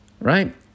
Right